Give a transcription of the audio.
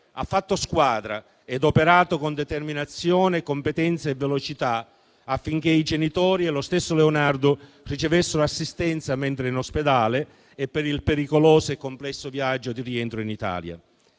ha fatto squadra ed operato con determinazione, competenza e velocità, affinché i genitori e lo stesso Leonardo ricevessero assistenza mentre era in ospedale e per il pericoloso e complesso viaggio di rientro in Italia.